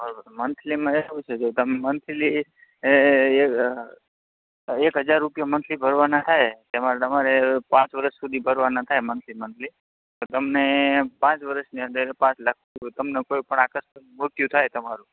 બરોબર મંથલીમાં એવું છે કે તમે મંથલી એક હજાર રૂપિયા મંથલી ભરવાના થાય તેમાં તમારે પાંચ વર્ષ સુધી ભરવાના થાય મંથલી મંથલી તમને પાંચ વર્ષની અંદર પાંચ લાખ તમને કોઈ પણ આકસ્મિક મૃત્યુ થાય તમારું